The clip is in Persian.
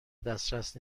دسترس